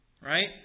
right